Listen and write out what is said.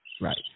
right